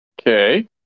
Okay